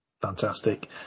fantastic